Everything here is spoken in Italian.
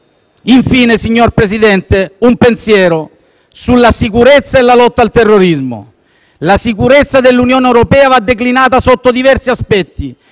Infine, signor Presidente, un pensiero sulla sicurezza e sulla lotta al terrorismo. La sicurezza dell'Unione europea va declinata sotto diversi aspetti,